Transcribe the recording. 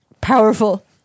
powerful